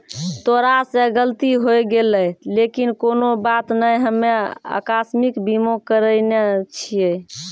तोरा से गलती होय गेलै लेकिन कोनो बात नै हम्मे अकास्मिक बीमा करैने छिये